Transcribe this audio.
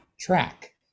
track